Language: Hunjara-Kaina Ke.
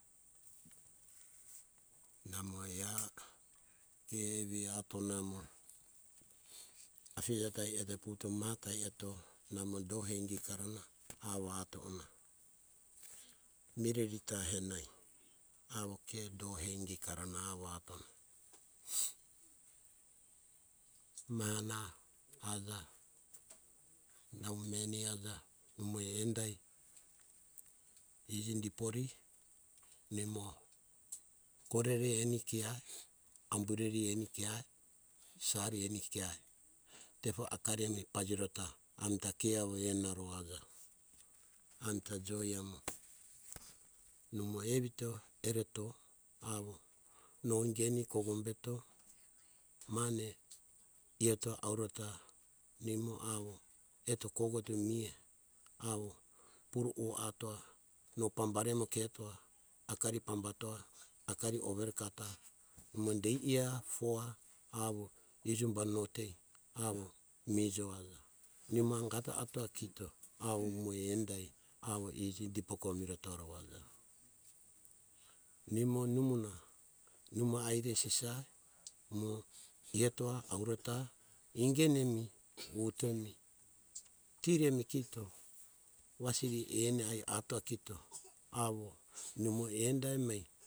Namo eha ke evi atonamo, afija tai eto vuvuto maha tai ke do hei ingikarana awo atona. Mirerita henai awo ke do hei ingikarana awo atona. Maha na aja nau meni aja imo endai iji dipori nimo korere eni kiae, ambureri eni kiae, sari eni kiae tefo akarimi pajiretoa amita ke awo enaro aja, amita joi amo nimo evito ereto awo no ingeni kokombeto mane iyatoa auretoa nimo awo eto koko eto mihe awo pure o atoa, no pambari amo ketoa akari pambatoa akari overekatoa, imo dei iya foa awo tijumba notei awo mijo aja nimo angato atoa kito imo endai awo iji dipori miretoa ro aja, nimo nimoha nimo aire sisae atoa imo ietoa auretoa ingenemi utuemi, tirimi kito tiri eni ai atoa kito awo nimo enda emi.